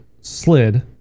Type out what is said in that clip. slid